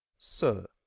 sir,